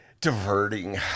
diverting